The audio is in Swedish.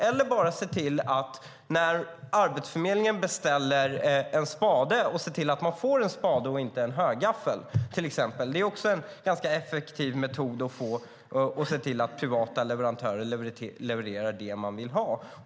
Eller så kan man se till att när Arbetsförmedlingen beställer en spade får de en spade och inte en högaffel. En ganska effektiv metod är alltså att se till att privata leverantörer levererar det som man vill ha.